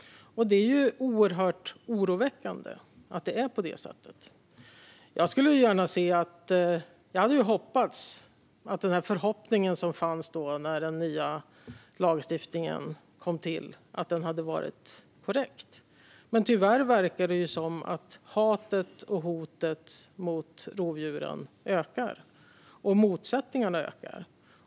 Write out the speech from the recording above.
Det är oerhört oroväckande att det är på det sättet. Jag hade hoppats att det hade blivit som det fanns förhoppningar om när den nya lagstiftningen kom till. Men tyvärr verkar det som att hatet och hotet mot rovdjuren ökar och att motsättningarna ökar.